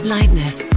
Lightness